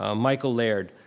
um michael laird.